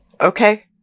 okay